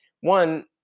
one